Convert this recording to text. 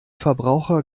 verbraucher